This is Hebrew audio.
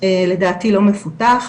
לדעתי לא מפותח,